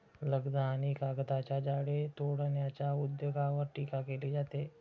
लगदा आणि कागदाच्या झाडे तोडण्याच्या उद्योगावर टीका केली जाते